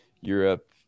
Europe